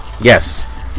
Yes